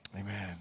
amen